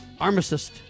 Armistice